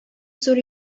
зур